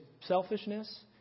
selfishness